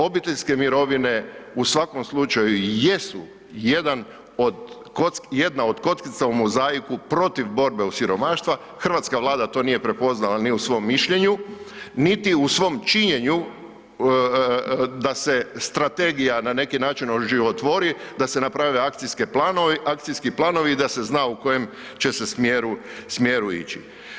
Obiteljske mirovine u svakom slučaju i jesu jedan od, jedna od kockica u mozaika protiv borbe od siromaštva, hrvatska Vlada to nije prepoznala ni u svom mišljenju, niti u svom činjenju da se strategija na neki način oživotvori, da se naprave akcijske planovi, akcijski planovi i da se zna u kojem će se smjeru, smjeru ići.